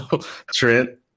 Trent